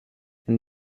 and